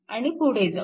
आणि पुढे जाऊ